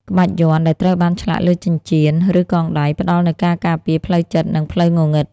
ក្បាច់យ័ន្តដែលត្រូវបានឆ្លាក់លើចិញ្ចៀន ឬកងដៃផ្តល់នូវការការពារផ្លូវចិត្ត និងផ្លូវងងឹង។